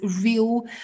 real